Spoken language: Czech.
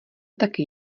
taky